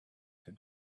had